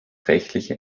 rechtliche